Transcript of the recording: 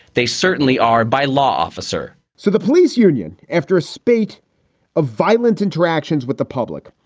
they certainly are. by law officer so the police union, after a spate of violent interactions with the public,